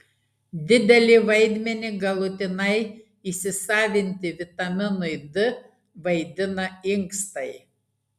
didelį vaidmenį galutinai įsisavinti vitaminui d vaidina inkstai